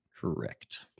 Correct